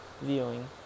Viewing